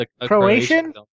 Croatian